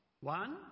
One